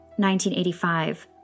1985